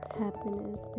happiness